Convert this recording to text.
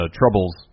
troubles